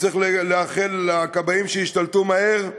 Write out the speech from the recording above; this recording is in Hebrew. וצריך לאחל לכבאים שישתלטו מהר,